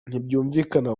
ntibyumvikana